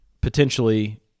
Potentially